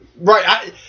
Right